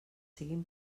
siguin